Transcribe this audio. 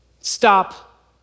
stop